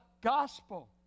gospel